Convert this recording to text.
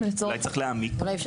אולי צריך להעמיק?